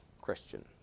Christian